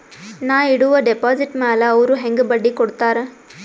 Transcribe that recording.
ನಾ ಇಡುವ ಡೆಪಾಜಿಟ್ ಮ್ಯಾಲ ಅವ್ರು ಹೆಂಗ ಬಡ್ಡಿ ಕೊಡುತ್ತಾರ?